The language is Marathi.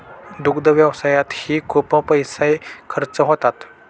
दुग्ध व्यवसायातही खूप पैसे खर्च होतात